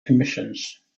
commissions